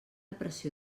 pressió